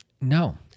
no